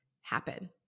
happen